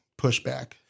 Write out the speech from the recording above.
pushback